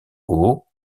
aux